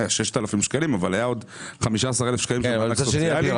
זה היה 6,000 שקלים עוד 15,000 שקלים למענק סוציאלי,